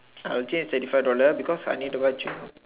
I'll change thirty five dollar because I need to go and change